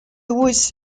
was